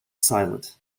silent